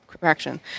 Correction